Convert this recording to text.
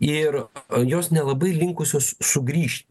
ir o jos nelabai linkusios sugrįžti